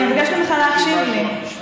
אני מבקשת ממך להקשיב לי.